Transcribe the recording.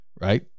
right